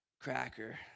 cracker